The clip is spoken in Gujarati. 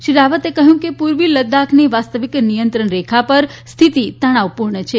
શ્રી રાવતે કહ્યું કે પૂર્વી લદ્દાખની વાસ્તવિક નિયંત્રણ રેખા પર સ્થિતી તણાવ પૂર્ણ છે